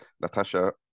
Natasha